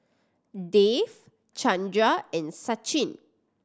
Dev Chandra and Sachin